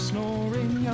Snoring